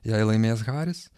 jei laimės haris